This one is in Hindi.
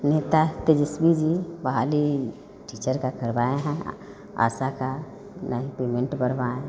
नेता तेजस्वी जी बहाली टीचर का करवाए हैं आशा का नहीं पेमेंट बढ़वाए हैं